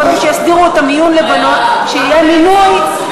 קודם שיסדירו את המיון לבנות, כשיהיה מיון,